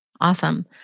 Awesome